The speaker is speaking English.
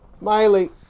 Miley